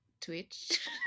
Twitch